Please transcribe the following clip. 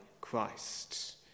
Christ